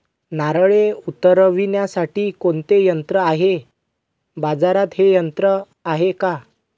नारळे उतरविण्यासाठी कोणते यंत्र आहे? बाजारात हे यंत्र आहे का?